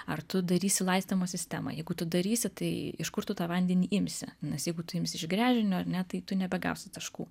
ar tu darysi laistymo sistemą jeigu tu darysi tai iš kur tu tą vandenį imsi nes jeigu tu imsi iš gręžinio ar ne tai tu nebegausi taškų